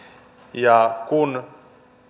ja kun